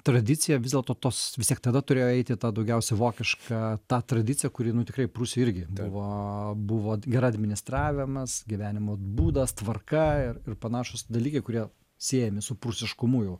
tradicija vis dėlto tos vis tiek tada turėjo eiti ta daugiausia vokiška ta tradicija kuri tikrai prūsijoj irgi buvo buvo gera administravimas gyvenimo būdas tvarka ir ir panašūs dalykai kurie siejami su prūsiškumu jau